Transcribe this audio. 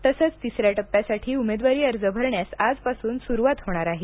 तसंच तिसऱ्या टप्प्यासाठी उमेदवारी अर्ज भरण्यास आजपासून सुरुवात होणार आहे